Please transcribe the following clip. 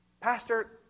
Pastor